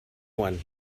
one